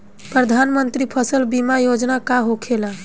प्रधानमंत्री फसल बीमा योजना का होखेला?